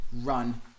run